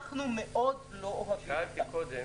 ולקשור את הכלב ברצועה או בשרשרת שארכה אינו